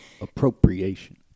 Appropriation